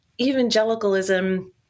evangelicalism